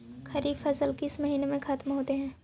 खरिफ फसल किस महीने में ख़त्म होते हैं?